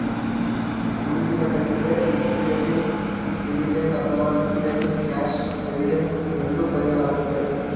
ಉಳಿಸಿದ ಗಳಿಕೆ liquidating dividend ಅಥವಾ ಲಿಕ್ವಿಡೇಟಿಂಗ್ ಕ್ಯಾಶ್ ಡಿವಿಡೆಂಡ್ ಎಂದು ಕರೆಯಲಾಗುತ್ತೆ